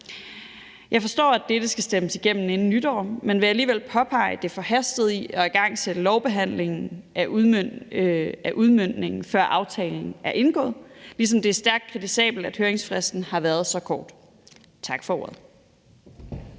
Jeg forstår, at dette skal stemmes igennem inden nytår, men jeg vil alligevel påpege det forhastede i at igangsætte lovbehandlingen af udmøntningen, før aftalen er indgået, ligesom det er stærkt kritisabelt, at høringsfristen har været så kort. Tak for ordet.